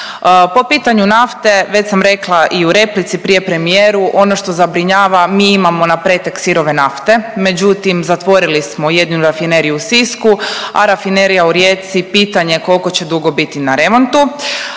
Po pitanju nafte već sam rekla i u replici prije premijeru, ono što zabrinjava mi imamo napretek sirove nafte, međutim zatvorili smo jedinu Rafineriju u Sisku, a Rafinerija u Rijeci pitanje kolko će dugo biti na remontu.